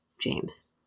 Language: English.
James